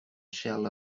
shell